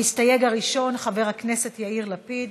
המסתייג הראשון, חבר הכנסת יאיר לפיד,